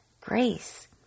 grace